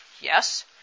Yes